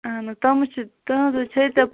اَہن حظ تِم چھِ تہنٛزِچھے ژےٚ